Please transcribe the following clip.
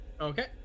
Okay